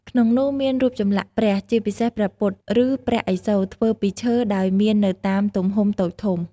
ក្នុងនោះមានរូបចម្លាក់់ព្រះ ជាពិសេសព្រះពុទ្ធ ឬព្រះឥសូរធ្វើពីឈើដោយមានទៅតាមទំហំតូចធំ។